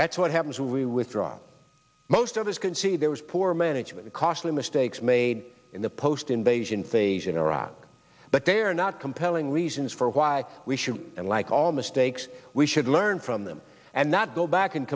that's what happens when we withdraw most of us can see there was poor management of costly mistakes made in the post invasion phase in iraq but they are not compelling reasons for why we should and like all mistakes we should learn from them and not go back and